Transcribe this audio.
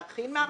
להכין מערכות.